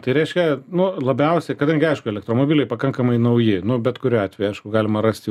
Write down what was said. tai reiškia nu labiausiai kadangi aišku elektromobiliai pakankamai nauji nu bet kuriuo atveju aišku galima rasti